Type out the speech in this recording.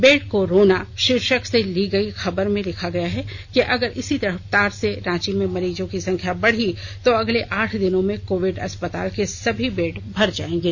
bed को रोना शीर्षक से ली गई खबर में लिखा गया है कि अगर इसी रफ्तार से रांची में मरीजो की संख्या बढ़ी तो अगले आठ दिनों में कोविड अस्पताल के सभी बेड भर जायेंगे